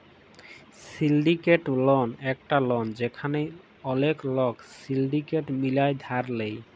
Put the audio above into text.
syndicated loan একট loan যেখালে ওলেক লক সিলডিকেট মিলায় ধার লেয়